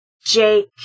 Jake